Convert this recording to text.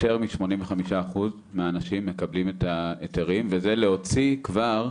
יותר מ-85% מהאנשים מקבלים את ההיתרים וזה להוציא כבר,